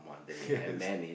yes